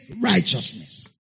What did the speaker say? righteousness